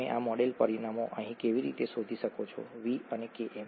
તમે આ મોડેલ પરિમાણો અહીં કેવી રીતે શોધી શકો છો v અને Km